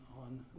on